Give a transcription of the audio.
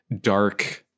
dark